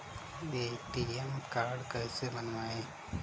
ATM card कैसे बनवाएँ?